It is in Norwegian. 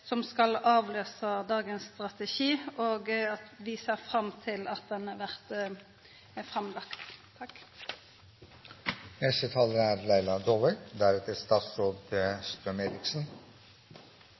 som skal avløysa dagens strategi, og vi ser fram til at han blir lagd fram. Som flere har vært inne på, er